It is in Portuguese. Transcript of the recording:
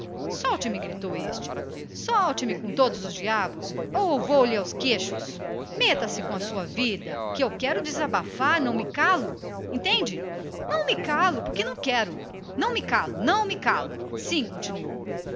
cordeiro solte me roncou este solte me com todos os diabos ou vou lhe aos queixos meta se lá com a sua vida e deixe-me quero desabafar sebo não me calo entende não me calo porque não quero não me calo não me calo sim continuou